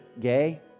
gay